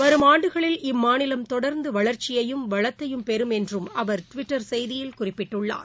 வரும் ஆண்டுகளில் இம்மாநிலம் தொடர்ந்துவளர்ச்சியையும் வளத்தையும் பெறும் என்றுஅவர் டுவிட்டர் செய்தியில் குறிப்பிட்டுள்ளார்